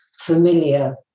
familiar